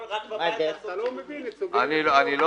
רק --- אתה לא מבין את סוגי הנכויות.